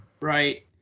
Right